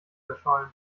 verschollen